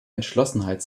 entschlossenheit